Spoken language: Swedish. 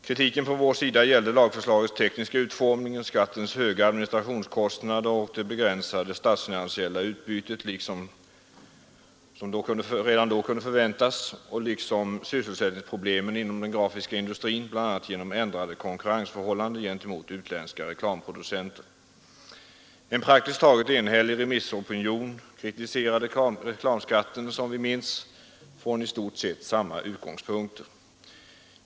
Kritiken från vår sida gällde lagförslagets tekniska utformning, skattens höga administrationskostnader och det begränsade statsfinansiella utbytet — vilket redan då kunde förutses — liksom sysselsättningsproblemen inom den grafiska industrin, bl.a. genom ändrade konkurrensförhållanden gentemot utländska reklamproducenter. En praktiskt taget enhällig remissopinion, som vi minns hade i stort sett samma utgångspunkter, kritiserade reklamskatten.